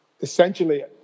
essentially